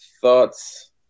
thoughts